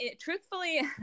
truthfully